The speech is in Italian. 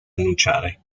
annunciare